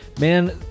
man